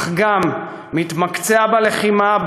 אך גם מתמקצע בלחימה,